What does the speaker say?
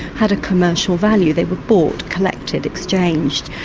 had a commercial value. they were bought, collected, exchanged,